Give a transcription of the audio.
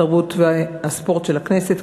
התרבות והספורט של הכנסת,